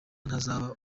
ntazaba